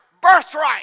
birthright